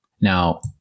now